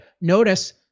Notice